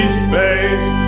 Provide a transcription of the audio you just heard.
space